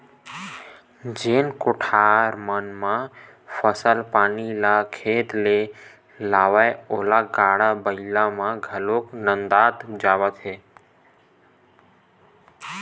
जेन कोठार मन म फसल पानी ल खेत ले लावय ओ गाड़ा बइला मन घलोक नंदात जावत हे